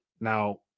Now